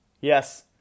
Yes